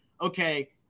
okay –